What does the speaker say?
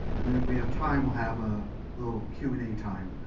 and then if we have time, we'll have a little q and a time.